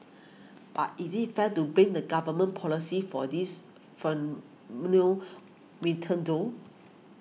but is it fair to blame the government's policy for this fen menu ray ten though